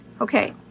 Okay